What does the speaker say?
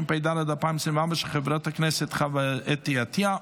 של חברת הכנסת שרן מרים השכל,